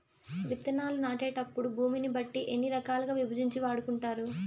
విత్తనాలు నాటేటప్పుడు భూమిని బట్టి ఎన్ని రకాలుగా విభజించి వాడుకుంటారు?